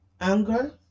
anger